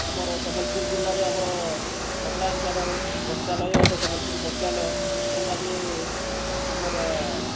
ଆମର୍ ସମ୍ବଲ୍ପୁର୍ ଜିଲ୍ଲାରେ ଆମର କପଡ଼ା ହିସାବେ ଆମର୍ ବସ୍ତ୍ରାଳୟ ସମ୍ବଲପୁରୀ ବସ୍ତ୍ରାଳୟ ଯେନ୍ଟାକି ଆମର୍